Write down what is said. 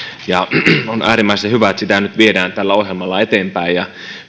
on äärimmäisen hyvä että sitä nyt viedään tällä ohjelmalla eteenpäin ja